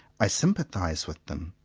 i sympathize with them,